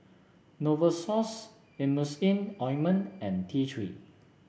Novosource Emulsying Ointment and T Three